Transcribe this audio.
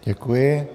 Děkuji.